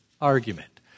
argument